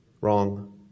Wrong